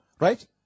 right